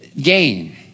gain